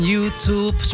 YouTube